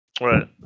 right